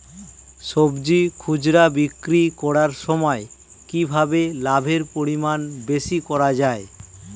সবজি খুচরা বিক্রি করার সময় কিভাবে লাভের পরিমাণ বেশি করা যায়?